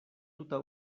tuta